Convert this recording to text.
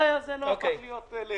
העניין הוא שגני האירועים נפתחו לפני זה.